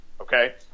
okay